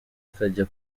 ikajya